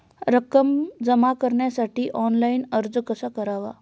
रक्कम जमा करण्यासाठी ऑनलाइन अर्ज कसा करावा?